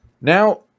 Now